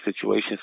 situations